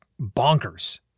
bonkers